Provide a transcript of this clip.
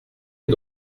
est